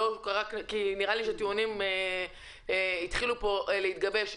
נראה לי שהטיעונים התחילו להתגבש פה.